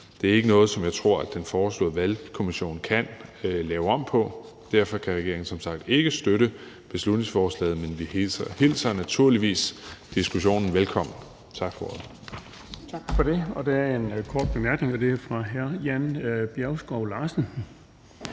Det er ikke noget, som jeg tror at den foreslåede valgkommission kan lave om på. Derfor kan regeringen som sagt ikke støtte beslutningsforslaget, men vi hilser naturligvis diskussionen velkommen. Tak for ordet. Kl. 17:38 Den fg. formand (Erling Bonnesen): Tak for det. Der er en